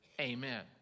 Amen